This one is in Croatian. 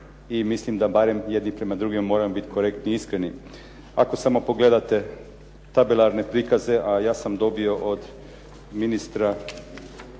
i mislim da barem jedni prema drugima moramo biti korektni i iskreni. Ako samo pogledate tabelarne prikaze a ja sam dobio od ministra